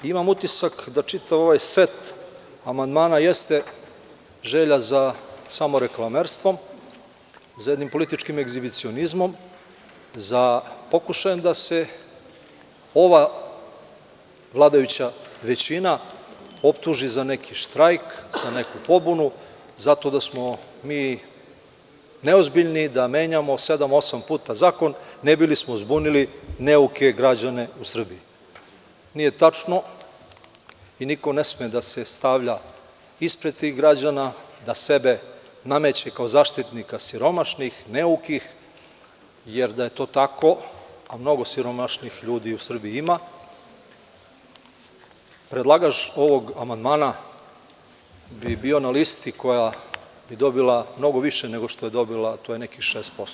Imam utisak da čitav ovaj set amandmana jeste želja za samoreklamerstvom, za jednim političkim egzibicionizmom, za pokušajem da se ova vladajuća većina optuži za neki štrajk, za neku pobunu, zato da smo mi neozbiljni, da menjamo sedam, osam puta zakon ne bi li smo zbunili neuke građane u Srbiji. nije tačno i niko ne sme da se stavlja ispred tih građana, da sebe nameće kao zaštitnika siromašnih, neukih, jer da je to tako, a mnogo siromašnijih ljudi u Srbiji ima, predlagač ovog amandmana bi bio na listi koja bi dobila mnogo više nego što je dobila, a to je nekih 6%